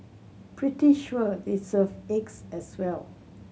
pretty sure they serve eggs as well